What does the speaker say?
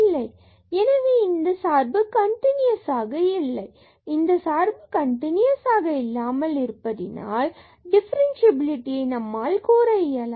எனவே இந்த சார்பு 00 கண்டினுயசாக இல்லை மற்றும் இந்த சார்பு கன்டினுயஸ் இல்லாமல் இருப்பதினால் டிஃபரன்ஸ்சியபிலிடியை நம்மால் கூற இயலாது